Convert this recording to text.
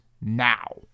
now